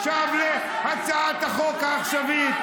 עכשיו להצעת החוק העכשווית.